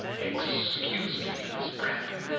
excuse me, miss brandon,